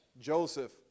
Joseph